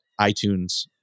iTunes